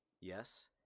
yes